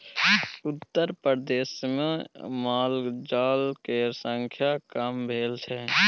उत्तरप्रदेशमे मालजाल केर संख्या कम भेल छै